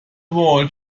world